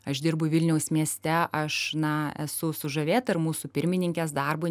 aš dirbu vilniaus mieste aš na esu sužavėta ir mūsų pirmininkės darbu